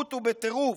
ברשעות ובטירוף,